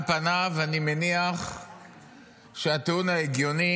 על פניו אני מניח שהטיעון ההגיוני